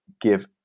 give